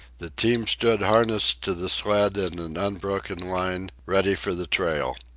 the team stood harnessed to the sled in an unbroken line, ready for the trail.